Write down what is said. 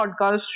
podcast